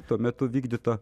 tuo metu vykdyto